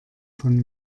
von